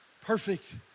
Perfect